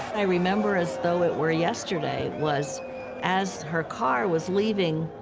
i remember as though it were yesterday was as her car was leaving,